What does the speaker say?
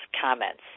comments